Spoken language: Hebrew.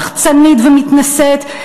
שחצנית ומתנשאת,